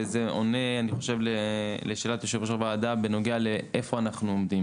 ואני חושב שזה עונה לשאלת יושבת ראש הוועדה בנוגע לאיפה אנחנו עומדים: